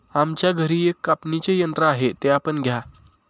आमच्या घरी एक कापणीचे यंत्र आहे ते आपण घ्या